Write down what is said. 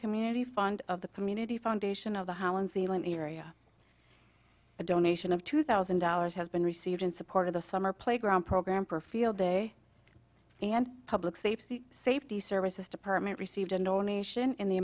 community fund of the community foundation of the holland zealand area a donation of two thousand dollars has been received in support of the summer playground program for field day and public safety safety services department received information in the